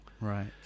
right